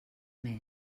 més